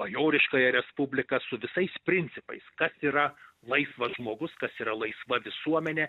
bajoriškąją respubliką su visais principais kas yra laisvas žmogus kas yra laisva visuomenė